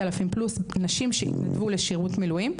אלפים פלוס של נשים שהתנדבו לשירות מילואים.